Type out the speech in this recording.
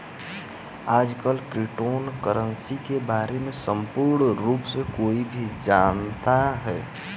आजतक crypto currency के बारे में पूर्ण रूप से कोई भी नहीं जानता है